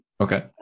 okay